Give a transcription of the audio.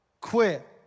quit